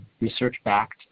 research-backed